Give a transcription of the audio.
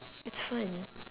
it's fun